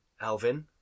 Alvin